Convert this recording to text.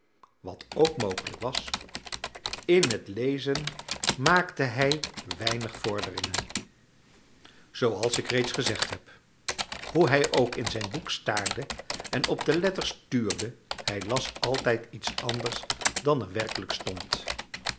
leerling wat ook mogelijk was in het lezen maakte hij weinig vorderingen zooals ik reeds gezegd heb hoe hij ook in zijn boek staarde en op de letters tuurde hij las altijd iets anders dan er werkelijk stond